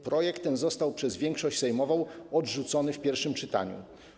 Projekt ten został przez większość sejmową odrzucony w pierwszym czytaniu.